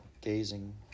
gazing